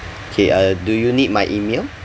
okay uh do you need my email